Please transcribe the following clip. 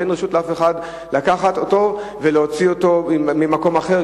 שאין רשות לאף אחד לקחת אותו ולהוציא אותו ממקום אחר,